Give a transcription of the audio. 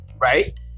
right